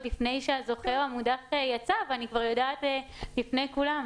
לפני שהזוכה או המודח יצא ואני כבר יודעת לפני כולם,